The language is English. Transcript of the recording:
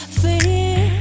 feel